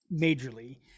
majorly